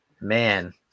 man